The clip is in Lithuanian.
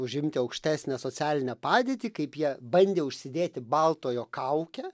užimti aukštesnę socialinę padėtį kaip jie bandė užsidėti baltojo kaukę